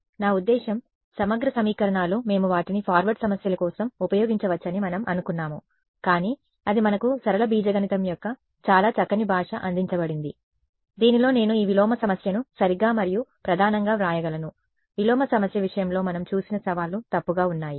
నా ఉద్దేశ్యం సమగ్ర సమీకరణాలు మేము వాటిని ఫార్వర్డ్ సమస్యల కోసం ఉపయోగించవచ్చని మనం అనుకున్నాము కానీ అది మనకు సరళ బీజగణితం యొక్క చాలా చక్కని భాష అందించబడింది దీనిలో నేను ఈ విలోమ సమస్యను సరిగ్గా మరియు ప్రధానంగా వ్రాయగలను విలోమ సమస్య విషయంలో మనం చూసిన సవాళ్లు తప్పుగా ఉన్నాయి